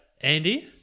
Andy